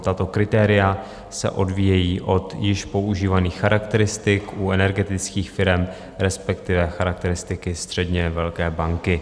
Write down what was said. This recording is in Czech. Tato kritéria se odvíjejí od již používaných charakteristik u energetických firem, respektive charakteristiky středně velké banky.